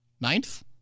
ninth